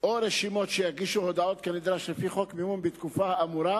או רשימות שיגישו הודעות כנדרש לפי חוק המימון בתקופה האמורה,